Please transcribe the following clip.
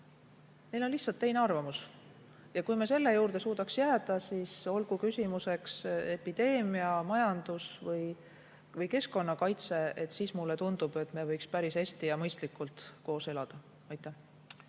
Neil on lihtsalt teine arvamus. Kui me selle juurde suudaks jääda, siis olgu küsimuseks epideemia, majandus või keskkonnakaitse, mulle tundub, et me võiksime päris hästi ja mõistlikult koos elada. Ma